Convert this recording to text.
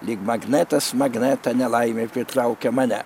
lyg magnetas magnetą nelaimė pritraukia mane